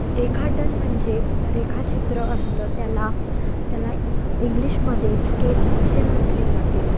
रेखाटन म्हणजे रेखाचित्र असतं त्याला त्याला इंग्लिशमध्ये स्केच असे म्हटले जाते